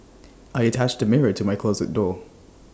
I attached A mirror to my closet door